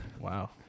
Wow